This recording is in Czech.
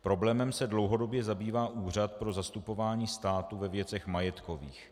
Problémem se dlouhodobě zabývá Úřad pro zastupování státu ve věcech majetkových.